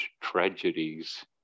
tragedies